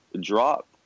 Drop